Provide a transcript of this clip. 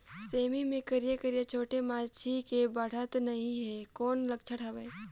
सेमी मे करिया करिया छोटे माछी हे बाढ़त नहीं हे कौन लक्षण हवय?